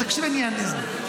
תקשיבי, אני אענה על זה.